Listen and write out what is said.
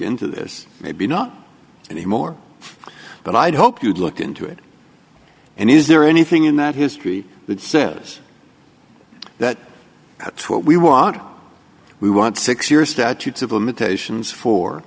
into this maybe not anymore but i'd hope you'd look into it and is there anything in that history that says that that's what we want we want six year statutes of limitations for